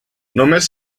només